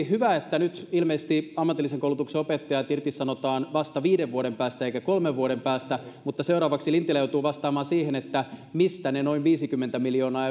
hyvä että nyt ilmeisesti ammatillisen koulutuksen opettajat irtisanotaan vasta viiden vuoden päästä eikä kolmen vuoden päästä mutta tässä ei tullut ilmi ja seuraavaksi lintilä joutuu vastaamaan siihen mistä ne noin viisikymmentä miljoonaa